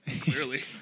clearly